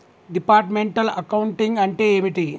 Departmental accounting అంటే ఏమిటి?